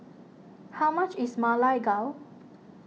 how much is Ma Lai Gao